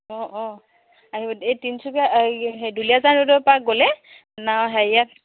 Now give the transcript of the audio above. অঁ অঁ আহিব এই তিনিচুকীয়া এই দুলীয়াাজান ৰ'ডৰপৰা গ'লে হেৰিয়াত